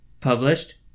published